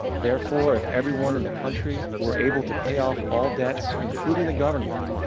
therefore, if everyone in the country were able to pay off all debts including the government,